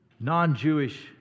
non-Jewish